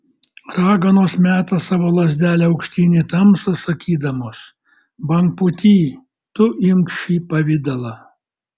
raganos meta savo lazdelę aukštyn į tamsą sakydamos bangpūty tu imk šį pavidalą